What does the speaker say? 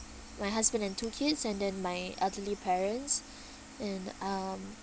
my husband and two kids and then my elderly parents and um